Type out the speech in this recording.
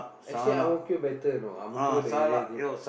actually Ang-Mo-Kio better know Ang-Mo-Kio the area good